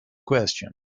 question